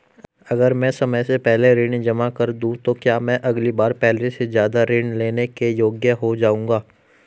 अगर मैं समय से पहले ऋण जमा कर दूं तो क्या मैं अगली बार पहले से ज़्यादा ऋण लेने के योग्य हो जाऊँगा?